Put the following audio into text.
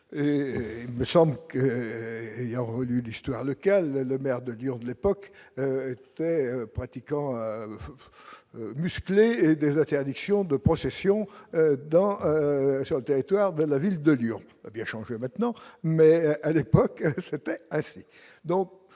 il me semble que, ayant relu du histoire locale, le maire de Lyon de l'époque très pratiquant à muscler et déjà interdiction de procession dans sur le territoire de la ville de Lyon a bien changé maintenant, mais à l'époque, c'était assez